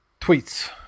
tweets